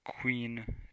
queen